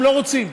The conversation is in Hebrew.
שלא רוצים,